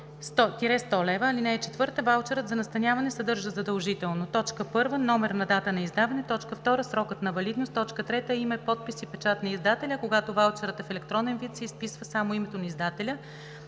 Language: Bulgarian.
2 – 100 лева. (4) Ваучерът за настаняване съдържа задължително: 1. номер и дата на издаване; 2. срокът на валидност; 3. име, подпис и печат на издателя, а когато ваучерът е в електронен вид, се изписва само името на издателя.